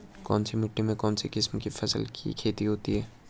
कौनसी मिट्टी में कौनसी किस्म की फसल की खेती होती है?